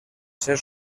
ser